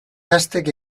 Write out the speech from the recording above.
gaztek